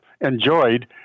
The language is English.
enjoyed